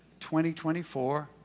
2024